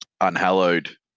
Unhallowed